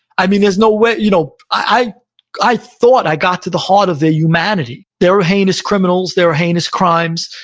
i mean, there's no way. you know i i thought i got to the heart of their humanity. there are heinous criminals, there are heinous crimes.